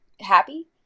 happy